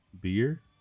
beer